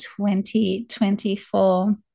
2024